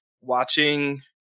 watching